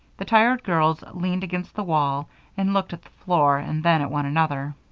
the tired girls leaned against the wall and looked at the floor and then at one another.